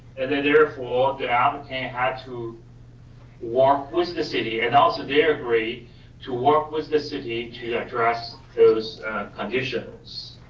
and then therefore the applicant had to work with the city, and also they agreed to work with the city to address those conditions.